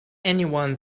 anyone